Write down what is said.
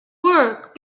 work